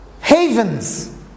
havens